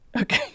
Okay